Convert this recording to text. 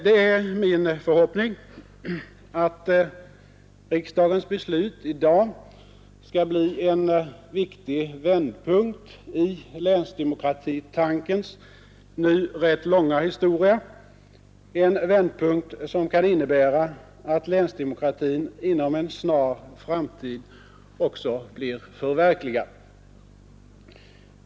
Det är min förhoppning att riksdagens beslut i dag skall bli en viktig vändpunkt i länsdemokratitankens nu rätt långa historia, en vändpunkt som kan innebära att länsdemokratin inom en snar framtid också blir förverkligad.